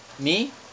me